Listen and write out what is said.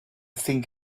think